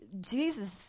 Jesus